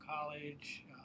college